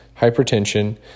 hypertension